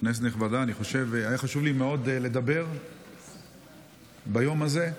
כנסת נכבדה, היה חשוב לי מאוד לדבר ביום הזה.